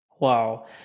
Wow